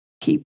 keep